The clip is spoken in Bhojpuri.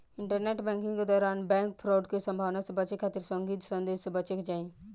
इंटरनेट बैंकिंग के दौरान बैंक फ्रॉड के संभावना से बचे खातिर संदिग्ध संदेश से बचे के चाही